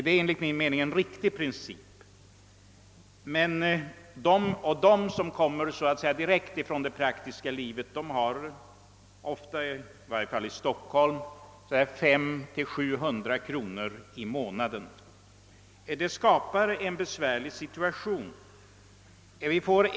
Det är enligt min mening en riktig princip, och de som kommer direkt från det praktiska livet får ofta, i varje fall i Stockholm, en lön på 500—700 kronor i månaden. Det skapar dock en besvärlig situation.